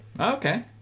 Okay